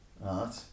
right